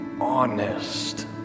honest